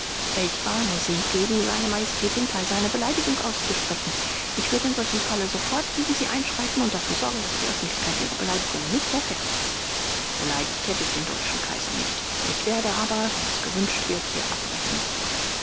ich warne sie gegen se majestät den kaiser eine beleidigung auszusprechen ich würde in solchem falle sofort gegen sie einschreiten und dafür sorgen daß die öffentlichkeit ihre beleidigungen nicht erfährt r beleidigt hätte ich den deutschen kaiser nicht ich werde aber wenn es gewünscht wird hier abbrechen